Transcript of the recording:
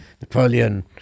Napoleon